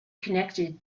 connected